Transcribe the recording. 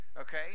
okay